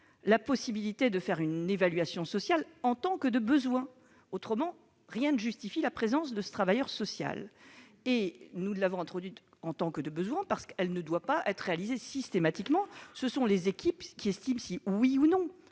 la possibilité de procéder à une évaluation sociale « en tant que de besoin ». Autrement, rien ne justifie la présence de ce travailleur social. Nous l'avons introduite « en tant que de besoin », parce qu'elle ne doit pas être réalisée systématiquement. Ce sont les équipes qui estiment si, oui ou non,